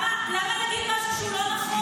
לכם אין בעיה, הכול טוב.